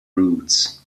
roots